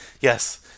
yes